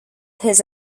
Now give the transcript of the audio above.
his